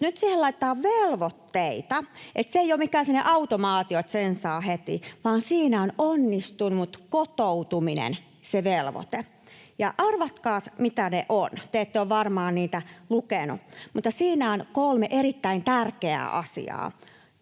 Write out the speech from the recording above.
nyt siihen laitetaan velvoitteita, niin että se ei ole mikään sellainen automaatio, että sen saa heti, vaan siinä on onnistunut kotoutuminen se velvoite. Ja arvatkaas, mitä ne ovat. Te ette ole varmaan niitä lukeneet, mutta siinä on kolme erittäin tärkeää asiaa.